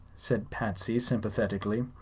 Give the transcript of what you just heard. said patsy, sympathetically.